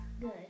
Good